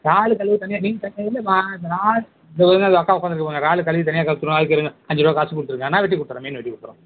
இறால் கழுவி தனியாக மீன் தனியாக இல்லைம்மா அக்கா உக்காந்துருக்கு பாருங்க இறால் கழுவி தனியாக கழுவி தர சொல்லுங்க அதுக்கு இருங்க அஞ்சுறுருவா காசு கொடுத்துருங்க நான் வெட்டி கொடுத்தர்றேன் மீனை வெட்டி கொடுத்தர்றேன்